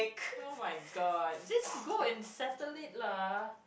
oh-my-god just go and settle it lah